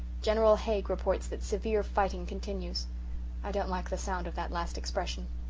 general haig reports that severe fighting continues i don't like the sound of that last expression.